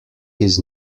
his